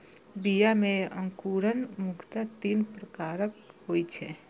बीया मे अंकुरण मुख्यतः तीन प्रकारक होइ छै